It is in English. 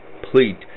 complete